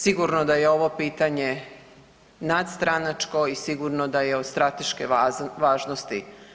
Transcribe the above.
Sigurno da je ovo pitanje nadstranačko i sigurno da je od strateške važnosti.